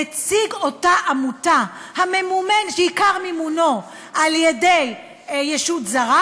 נציג אותה עמותה שעיקר מימונה על-ידי ישות זרה,